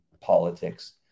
politics